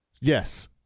Yes